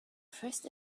first